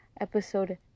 episode